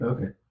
Okay